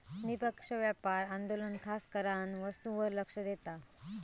निष्पक्ष व्यापार आंदोलन खासकरान वस्तूंवर लक्ष देता